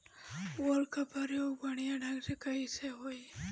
उर्वरक क प्रयोग बढ़िया ढंग से कईसे होई?